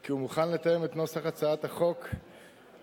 כי הוא מוכן לתאם את נוסח הצעת החוק עם